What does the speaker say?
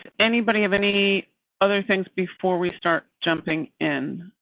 anybody have any other things before we start jumping in?